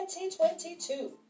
2022